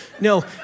No